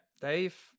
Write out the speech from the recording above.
Dave